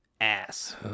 ass